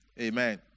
Amen